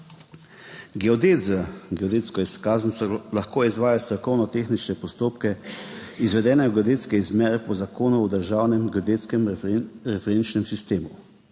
Geodet z geodetsko izkaznico lahko izvaja strokovno-tehnične postopke, izvedene geodetske izmere po Zakonu o državnem geodetskem referenčnem sistemu.